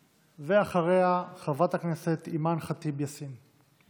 ואחריה, חברת הכנסת אימאן ח'טיב יאסין.